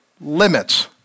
limits